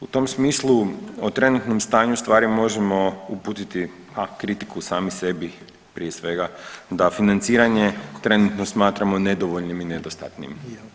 U tom smislu o trenutnom stanju stvari možemo uputiti kritiku sami sebi prije svega da financiranje trenutno smatramo nedovoljnim i nedostatnim.